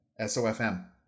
SOFM